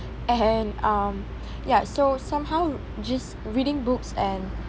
and um yeah so somehow just reading books and